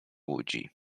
łudzi